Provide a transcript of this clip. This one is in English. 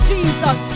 Jesus